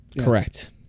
Correct